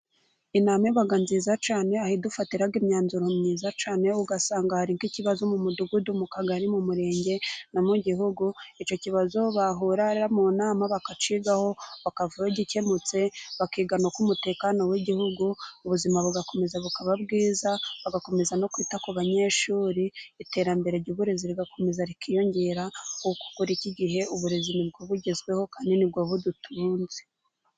Inama iba nziza cyane aho dufatirayo imyanzuro myiza caneyo, ugasanga hari nki'kibazo mu mudugudu, mu kagari, mu murenge, no mu gihugu icyo kibazo bakagikemurira mu nama bakakigaho bakavayo gikemutse. bakiga no ku mumutekano w'igihugu ubuzima bugakomeza bukaba bwiza, bagakomeza no kwita ku banyeshuri iterambere ry'uburezi rigakomeza rikiyongera, kuko kuri iki gihe uburezi nibwo bugezweho kandi ni bwo budutunze.